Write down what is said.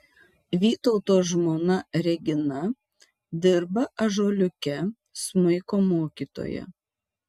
vytauto žmona regina dirba ąžuoliuke smuiko mokytoja